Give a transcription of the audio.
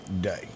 day